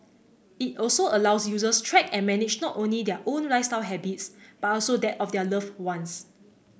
it also allows users track and manage not only their own lifestyle habits but also that of their love ones